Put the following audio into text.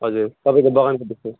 हजुर तपाईँको बगानको विषय